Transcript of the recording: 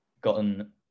gotten